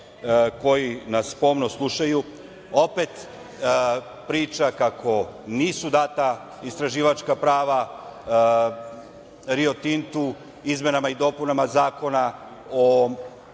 koji nas pomno slušaju, opet priča kako nisu data istraživačka prava Rio Tintu izmenama i dopunama Zakona o